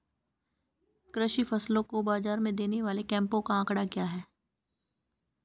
कृषि फसलों को बाज़ार में देने वाले कैंपों का आंकड़ा क्या है?